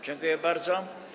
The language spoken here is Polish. Dziękuję bardzo.